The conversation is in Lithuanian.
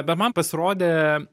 bet man pasirodė